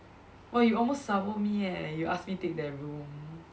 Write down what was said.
!wah! you almost sabo me eh you ask me take that room